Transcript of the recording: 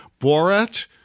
Borat